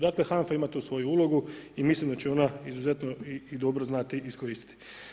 Dakle HANF-a ima tu svoju ulogu i mislim da će ona izuzetno i dobro znati iskoristiti.